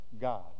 God